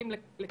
את